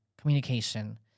Communication